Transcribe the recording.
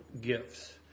gifts